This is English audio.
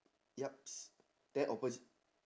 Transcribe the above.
yup s~ there opposite